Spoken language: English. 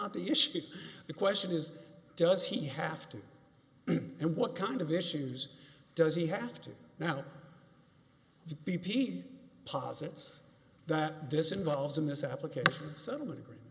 not the issue the question is does he have to and what kind of issues does he have to now be p d posits that this involves a misapplication settlement agree